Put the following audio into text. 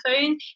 phone